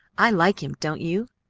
i like him, don't you?